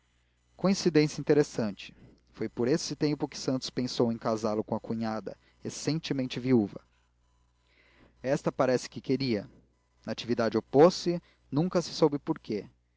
coincidência interessante foi por esse tempo que santos pensou em casá lo com a cunhada recentemente viúva esta parece que queria natividade opôs-se nunca se soube por quê